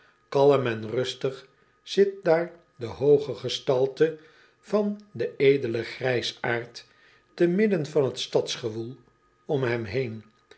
alm en rustig zit daar de hooge gestalte van den edelen grijsaard te midden van het stadsgewoel om hem heen